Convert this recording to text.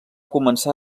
començar